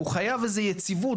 הוא חייב יציבות.